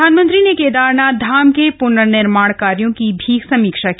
प्रधानमंत्री ने केदारनाथ धाम के प्नर्निर्माण कार्यो की भी समीक्षा की